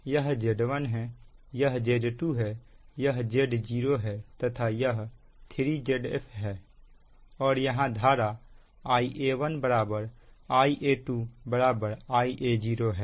यह Z1 है यह Z2 है यह Z0 है तथा यह 3Zf है और यहां धारा Ia1 Ia2 Ia0 है